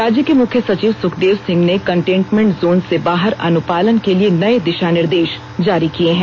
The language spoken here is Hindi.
राज्य के मुख्य सचिव सुखदेव सिंह ने कंटेनमेंट जोन से बाहर अनुपालन के लिए नए दिशा निर्देश जारी किए हैं